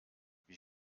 wie